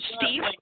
Steve